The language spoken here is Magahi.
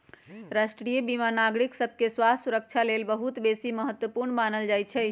राष्ट्रीय बीमा नागरिक सभके स्वास्थ्य सुरक्षा लेल बहुत बेशी महत्वपूर्ण मानल जाइ छइ